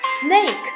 Snake